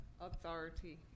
authority